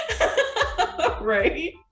Right